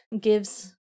gives